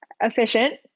efficient